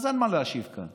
אז אין מה להשיב כאן,